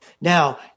now